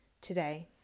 today